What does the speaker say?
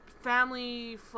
family